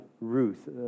Ruth